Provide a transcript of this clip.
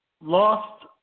lost